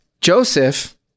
Joseph